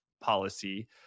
policy